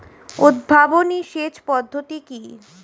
উদ্ভাবনী সেচ পদ্ধতি কি?